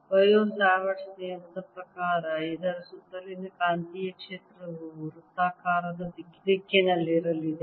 ಬಯೋಟ್ Savart ನಿಯಮದ ಪ್ರಕಾರ ಇದರ ಸುತ್ತಲಿನ ಕಾಂತೀಯ ಕ್ಷೇತ್ರವು ವೃತ್ತಾಕಾರದ ದಿಕ್ಕಿನಲ್ಲಿರಲಿದೆ